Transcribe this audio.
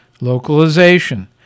localization